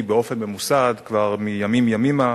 כבר מימים ימימה.